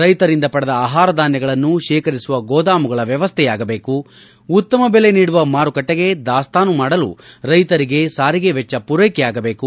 ರೈತರಿಂದ ಪಡೆದ ಆಹಾರ ಧಾನ್ಗಳನ್ನು ಶೇಖರಿಸುವ ಗೋದಾಮುಗಳ ವ್ಯವಸ್ಥೆಯಾಗಬೇಕು ಉತ್ತಮ ಬೆಲೆ ನೀಡುವ ಮಾರುಕಟ್ಟಿಗೆ ದಾಸ್ತಾನು ಮಾಡಲು ರೈತರಿಗೆ ಸಾರಿಗೆ ವೆಚ್ಚ ಪೂರೈಕೆ ಆಗಬೇಕು